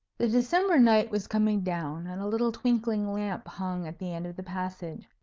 the december night was coming down, and a little twinkling lamp hung at the end of the passage.